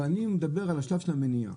אבל אני מדבר על השלב של המניעה,